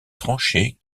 tranchées